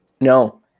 No